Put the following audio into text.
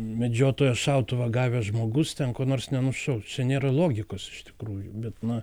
medžiotojo šautuvą gavęs žmogus ten ko nors nenušaus čia nėra logikos iš tikrųjų bet na